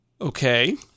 Okay